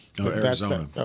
Arizona